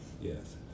Yes